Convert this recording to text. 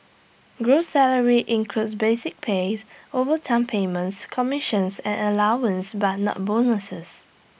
gross salary includes basic pays overtime payments commissions and allowances but not bonuses